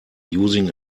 using